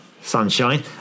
sunshine